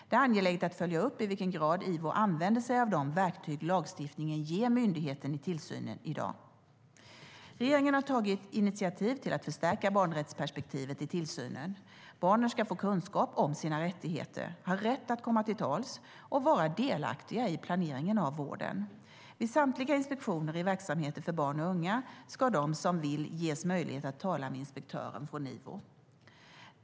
Det är angeläget att följa upp i vilken grad Ivo använder sig av de verktyg som lagstiftningen ger myndigheten i tillsynen i dag. Regeringen har tagit initiativ till att förstärka barnrättsperspektivet i tillsynen. Barnen ska få kunskap om sina rättigheter, ha rätt att komma till tals och vara delaktiga i planeringen av vården. Vid samtliga inspektioner i verksamheter för barn och unga ska de som vill ges möjlighet att tala med inspektören från Ivo.